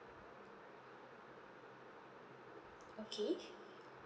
okay